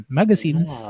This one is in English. magazines